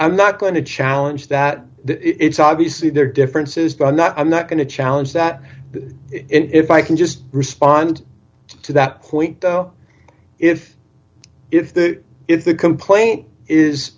i'm not going to challenge that it's obviously there are differences but i'm not i'm not going to challenge that if i can just respond to that point if if the if the complaint is